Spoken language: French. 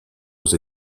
aux